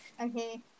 Okay